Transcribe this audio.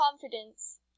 confidence